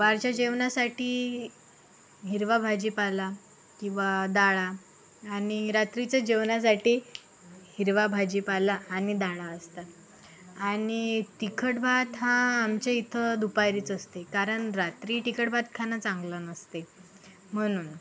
दुपारच्या जेवणासाठी हिरवा भाजीपाला किंवा डाळ आणि रात्रीच्या जेवणासाठी हिरवा भाजीपाला आणि डाळ असतात आणि तिखट भात हा आमच्या इथं दुपारीच असते कारण रात्री तिखट भात खाणं चांगलं नसते म्हणून